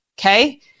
Okay